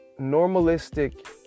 normalistic